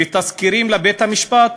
בתסקירים לבית-המשפט,